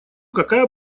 какая